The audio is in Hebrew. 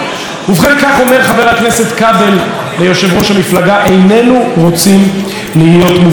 כך אומר חבר הכנסת כבל ליושב-ראש המפלגה: איננו רוצים להיות מובטלים.